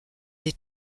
des